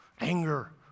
anger